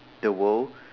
the world